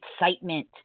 excitement